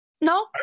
No